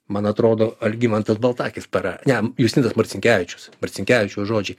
man atrodo algimantas baltakis para ne justinas marcinkevičius marcinkevičiaus žodžiai